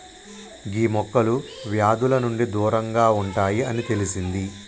గీ మొక్కలు వ్యాధుల నుండి దూరంగా ఉంటాయి అని తెలిసింది